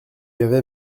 avais